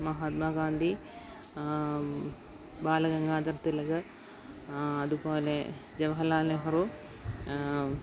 മഹത്മാഗാന്ധി ബാലഗംഗാധര തിലക് അതുപോലെ ജവഹർലാൽ നെഹ്റു